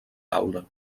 taula